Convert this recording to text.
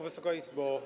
Wysoka Izbo!